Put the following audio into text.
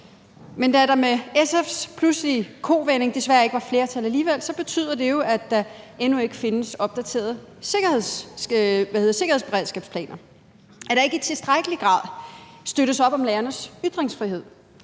Men da der med SF's pludselige kovending desværre ikke var flertal alligevel, betyder det jo, at der endnu ikke findes opdaterede sikkerhedsberedskabsplaner, at der ikke i tilstrækkelig grad støttes op om lærernes ytringsfrihed,